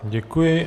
Děkuji.